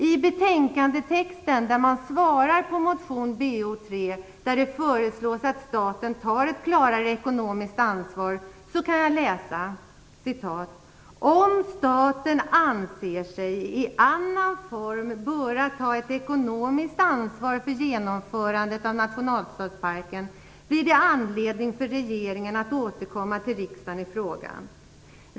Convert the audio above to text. I betänkandetexten där man svarar på motion Bo3 som föreslår att staten skall ta ett klarare ekonomiskt ansvar står: "Om staten anser sig i annan form böra ta ett ekonomiskt ansvar för genomförandet av nationalstadsparken blir det anledning för regeringen att återkomma till riksdagen i frågan.